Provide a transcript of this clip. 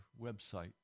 website